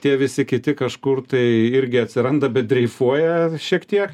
tie visi kiti kažkur tai irgi atsiranda bet dreifuoja šiek tiek